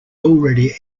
already